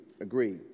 agree